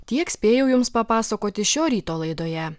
tiek spėjau jums papasakoti šio ryto laidoje